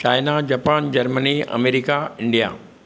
China Japan Germany America India